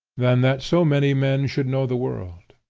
than that so many men should know the world.